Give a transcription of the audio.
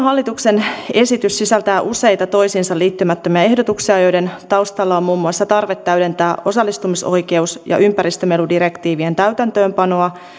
hallituksen esitys sisältää useita toisiinsa liittymättömiä ehdotuksia joiden taustalla on muun muassa tarve täydentää osallistumisoikeus ja ympäristömeludirektiivien täytäntöönpanoa